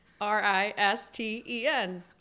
R-I-S-T-E-N